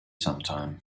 sometime